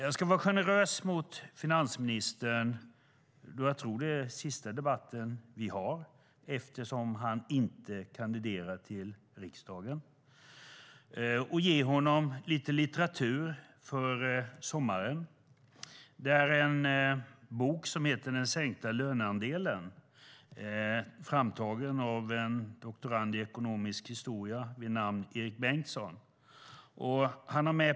Jag ska vara generös mot finansministern - jag tror nämligen att det är den sista debatten vi har, då han inte kandiderar till riksdagen - och ge honom lite litteratur inför sommaren. Det är en antologi som heter Den sänkta löneandelen , framtagen av en doktorand i ekonomisk historia vid namn Erik Bengtsson.